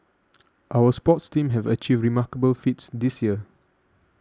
our sports teams have achieved remarkable feats this year